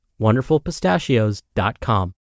wonderfulpistachios.com